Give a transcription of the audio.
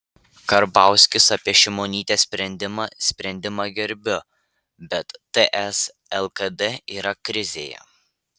karbauskis apie šimonytės sprendimą sprendimą gerbiu bet ts lkd yra krizėje